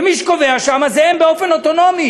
ומי שקובע שם זה הם, באופן אוטונומי.